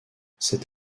cet